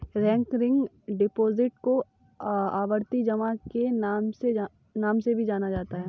recurring deposit को आवर्ती जमा के नाम से भी जाना जाता है